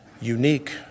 unique